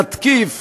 להתקיף